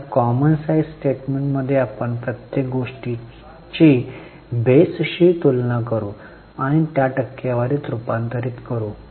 आता common size स्टेटमेंटमध्ये आपण प्रत्येक गोष्टीची बेसशी तुलना करू आणि त्या टक्केवारीत रुपांतरित करू